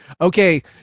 Okay